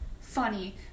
funny